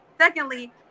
Secondly